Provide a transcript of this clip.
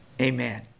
Amen